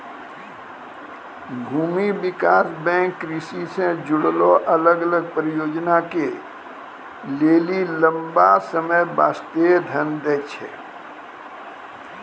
भूमि विकास बैंक कृषि से जुड़लो अलग अलग परियोजना के लेली लंबा समय बास्ते धन दै छै